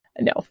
No